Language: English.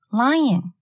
lion